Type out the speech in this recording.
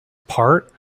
part